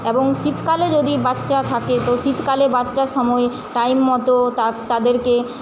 এবং শীতকালে যদি বাচ্চা থাকে তো শীতকালে বাচ্চার সময় তাদেরকে টাইম মতো তাদেরকে